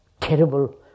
terrible